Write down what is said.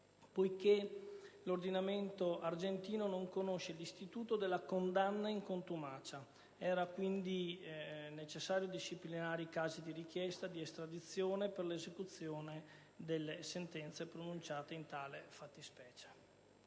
poiché l'ordinamento argentino non conosce l'istituto della condanna in contumacia, era quindi necessario disciplinare i casi di richiesta di estradizione per l'esecuzione delle sentenze pronunciate in tale fattispecie.